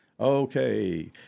Okay